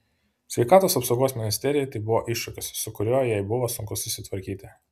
sveikatos apsaugos ministerijai tai buvo iššūkis su kuriuo jai buvo sunku susitvarkyti